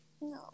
No